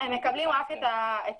הם מקבלים רק את המספר,